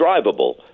drivable